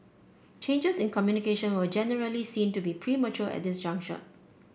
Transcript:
changes in communication were generally seen to be premature at this juncture